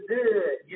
good